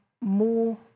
more